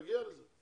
תגיע לזה.